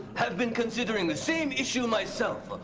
have been considering the same issue myself.